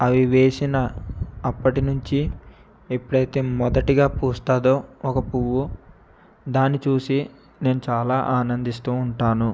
అవి వేసినప్పటినుంచి ఎప్పుడు అయితే మొదటిగా పూస్తుందో ఒక పువ్వు దాన్ని చూసి నేను చాలా ఆనందిస్తూ ఉంటాను